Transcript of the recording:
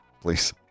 please